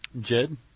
Jed